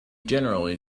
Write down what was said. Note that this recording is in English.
generally